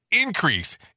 increase